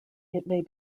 may